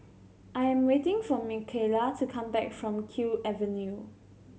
I am waiting for Michaela to come back from Kew Avenue